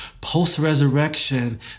post-resurrection